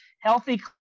healthy